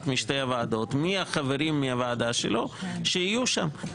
משתי הוועדות מהחברים מהוועדה שלו שיהיו שם.